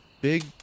big